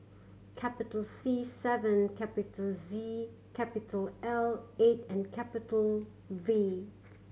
capital C seven capital Z capital L eight and capital V